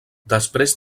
després